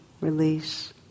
release